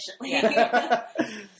efficiently